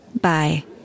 Bye